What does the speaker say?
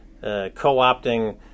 co-opting